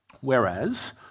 Whereas